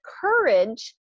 courage